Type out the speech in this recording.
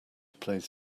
plays